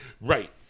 right